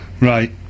Right